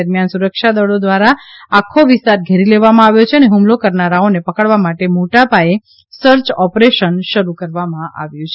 દરમિયાન સુરક્ષાબળો દ્વારા આખો વિસ્તાર ઘેરી લેવામાં આવ્યો છે અને હ્મલો કરનારાઓને પકડવા માટે મોટાપાયે સર્ચ ઓપરેશન શરૂ કરવામાં આવ્યું છે